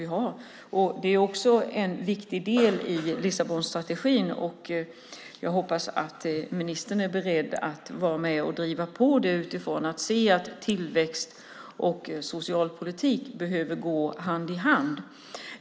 Också detta är en viktig del i Lissabonstrategin. Jag hoppas att ministern är beredd att vara med och driva på utifrån att tillväxt och socialpolitik liksom behöver gå hand i hand.